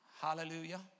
hallelujah